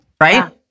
right